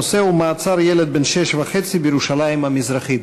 הנושא הוא: מעצר ילד בן שש וחצי בירושלים המזרחית.